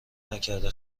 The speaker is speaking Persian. نکرده